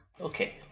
Okay